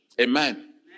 Amen